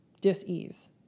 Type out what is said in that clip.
dis-ease